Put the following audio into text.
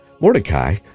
Mordecai